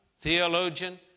theologian